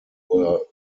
were